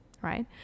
right